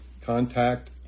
contact